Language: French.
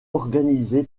organisé